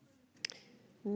de vote. Je